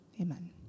Amen